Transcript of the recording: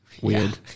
Weird